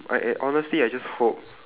I I honestly I just hope